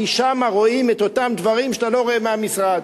כי שם רואים את אותם דברים שאתה לא רואה מהמשרד.